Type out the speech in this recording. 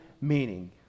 meaning